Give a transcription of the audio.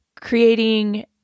creating